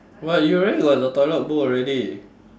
but you already got the toilet bowl already